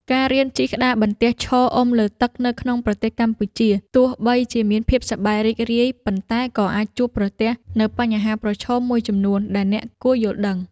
ការរៀនជិះក្តារបន្ទះឈរអុំលើទឹកនៅក្នុងប្រទេសកម្ពុជា ទោះបីជាមានភាពសប្បាយរីករាយ ប៉ុន្តែក៏អាចជួបប្រទះនូវបញ្ហាប្រឈមមួយចំនួនដែលអ្នកគួរយល់ដឹង។